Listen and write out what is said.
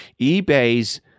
eBay's